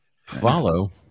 Follow